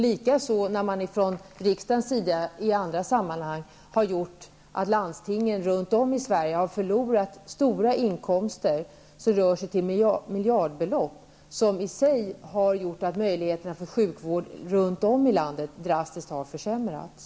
Likaså har man från riksdagens sida i andra sammanhang gjort så att landstingen har förlorat stora inkomster. Det rör sig om miljardbelopp. Det i sig har gjort att möjligheterna för sjukvård runt om i landet drastiskt har försämrats.